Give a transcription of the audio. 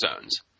Zones